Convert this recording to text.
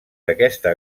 d’aquesta